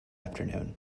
afternoon